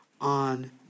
on